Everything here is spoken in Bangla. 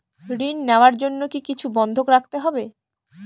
ঋণ নেওয়ার জন্য কি কিছু বন্ধক রাখতে হবে?